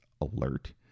alert